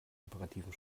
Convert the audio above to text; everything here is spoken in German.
imperativen